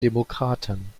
demokraten